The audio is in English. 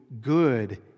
good